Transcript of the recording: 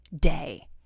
day